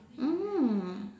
mm